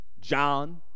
John